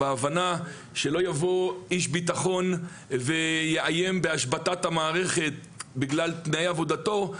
בהבנה שלא יבוא איש בטחון ויאיים בהשבתת המערכת בגלל תנאי עבודתו,